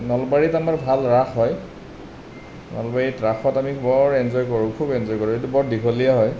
নলবাৰীত আমাৰ ভাল ৰাস হয় নলবাৰীত ৰাসত আমি বৰ এনজয় কৰোঁ খুব এনজয় কৰোঁ এইটো বৰ দীঘলীয়া হয়